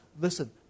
Listen